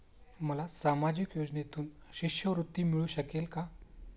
मला सामाजिक योजनेतून शिष्यवृत्ती मिळू शकेल का?